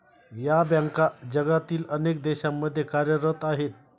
या बँका जगातील अनेक देशांमध्ये कार्यरत आहेत